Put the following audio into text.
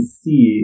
see